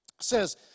Says